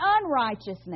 unrighteousness